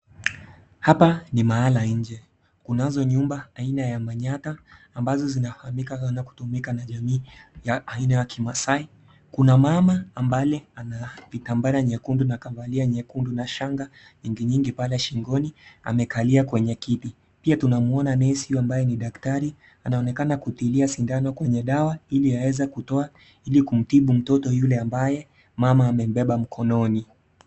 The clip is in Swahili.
Hapa ni mahala nje, Kunazo nyumba haina ya manyatta, ambazo zinafahamika na kutumika na jamii, haina ya kimaasai. Kuna mama ambale ana vitambara nyekundu na kambalia nyekundu na shanga nyingi nyingi pale shingoni, amekalia kwenye kiti, pia tunamuona nesi ambaye ni daktari, anaonekana kutilia sindano kwenye dawa ili aeze kutoa ili kumtibu mtoto yule ambaye mama amembeba mkononi.